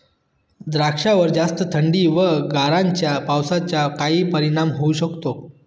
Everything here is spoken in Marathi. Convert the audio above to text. द्राक्षावर जास्त थंडी व गारांच्या पावसाचा काय परिणाम होऊ शकतो?